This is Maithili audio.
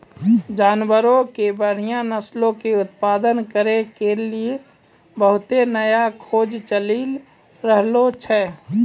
जानवरो के बढ़िया नस्लो के उत्पादन करै के लेली बहुते नया खोज चलि रहलो छै